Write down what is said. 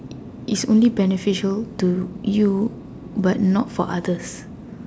it's only beneficial to you but not for others